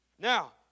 Now